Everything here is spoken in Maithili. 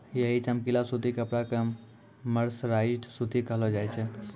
यही चमकीला सूती कपड़ा कॅ मर्सराइज्ड सूती कहलो जाय छै